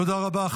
תודה רבה.